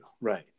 right